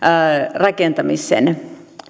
rakentamiseen